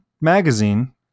magazine